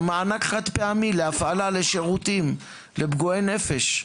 גם מענק חד פעמי להפעלה לשירותים לפגועי נפש,